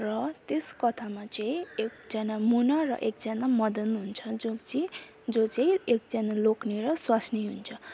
र त्यस कथामा चाहिँ एकजना मुना र एकजना मदन हुन्छन् जो चाहिँ जो चाहिँ एकजना लोग्ने र स्वास्नी हुन्छ